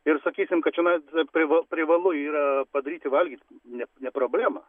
ir sakysim kad čionais priva privalu yra padaryti valgyt ne ne problema